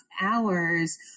hours